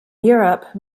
europe